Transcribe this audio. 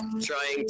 trying